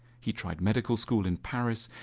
he tried medical school in paris,